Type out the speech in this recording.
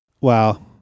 Wow